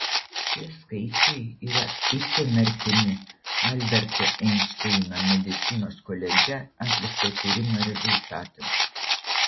šie skaičiai yra itin artimi alberto einšteino medicinos koledže atlikto tyrimo rezultatams